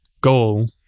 goal